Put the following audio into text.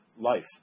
life